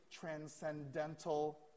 transcendental